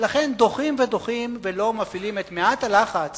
ולכן, דוחים ודוחים ולא מפעילים את מעט הלחץ